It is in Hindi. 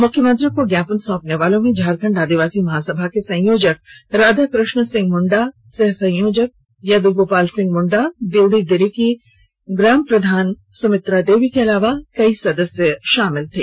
मुख्यमंत्री को ज्ञापन सौंपने वालों में झारखंड आदिवासी महासभा के संयोजक राधा कृष्ण सिंह मुंडा सहसंयोजक याद्गोपाल सिंह मुंडा दिउड़ी दिरी की ग्राम प्रधान सुमित्रा देवी के अलावा कई सदस्य शामिल थे